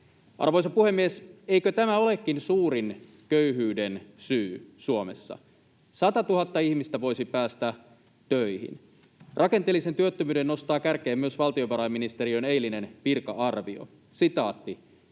Arvoisa puhemies! Eikö tämä olekin suurin köyhyyden syy Suomessa? 100 000 ihmistä voisi päästä töihin. Rakenteellisen työttömyyden nostaa kärkeen myös valtiovarainministeriön eilinen virka-arvio: